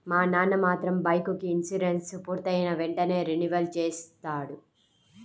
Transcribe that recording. మా నాన్న మాత్రం బైకుకి ఇన్సూరెన్సు పూర్తయిన వెంటనే రెన్యువల్ చేయిస్తాడు